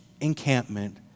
encampment